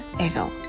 evil